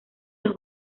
los